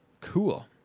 Cool